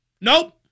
Nope